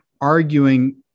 arguing